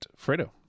Fredo